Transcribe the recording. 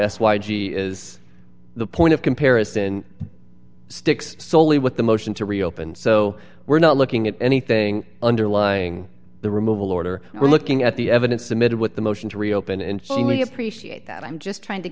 s y g is the point of comparison sticks solely with the motion to reopen so we're not looking at anything underlying the removal order we're looking at the evidence submitted with the motion to reopen and suddenly appreciate that i'm just trying to